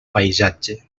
paisatge